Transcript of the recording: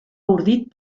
ordit